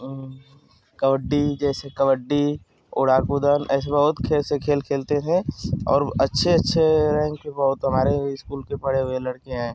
कबड्डी जैसे कबड्डी ओडापुदन ऐसे बहुत खेल से खेल खेलते थे और ब अच्छे अच्छे रैंक पर बहुत हमारे ईस्कूल के पढ़े हुए लड़के हैं